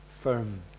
firm